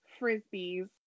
Frisbees